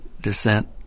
descent